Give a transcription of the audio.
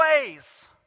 ways